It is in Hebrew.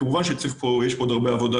כמובן שיש פה עוד הרבה עבודה,